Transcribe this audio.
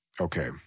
Okay